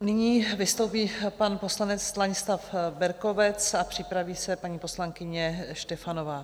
Nyní vystoupí pan poslanec Stanislav Berkovec a připraví se paní poslankyně Štefanová.